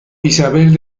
isabel